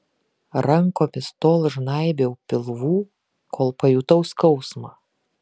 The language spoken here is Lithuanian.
rankomis tol žnaibiau pilvų kol pajutau skausmą